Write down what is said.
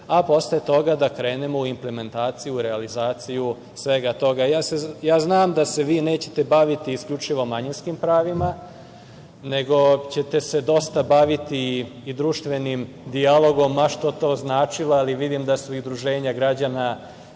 a posele toga da krenemo u implementaciju i realizaciju svega toga. Ja znam da se vi nećete baviti isključivo manjinskim pravima, nego ćete se dosta baviti i društvenim dijalogom, ma šta to značilo, ali vidim da će udruženja građana